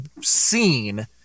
seen